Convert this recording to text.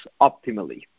optimally